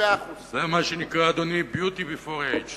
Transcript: זה מה שנקרא, אדוני, Beauty before age.